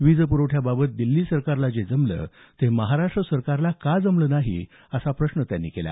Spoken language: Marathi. वीज प्रवठ्याबाबत दिल्ली सरकारला जमलं ते महाराष्ट सरकारला का जमलं नाही असा प्रश्न त्यांनी केला